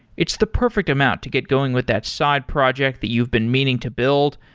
it's the perfect amount to get going with that side project that you've been meaning to build.